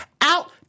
out